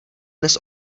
dnes